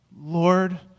Lord